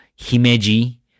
Himeji